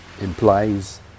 implies